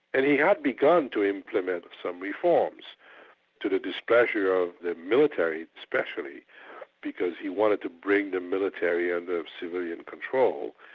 and he had begun to implement some reforms to the displeasure of the military especially because he wanted to bring the military ah under civilian control,